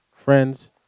Friends